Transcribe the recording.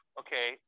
okay